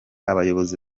abayobozi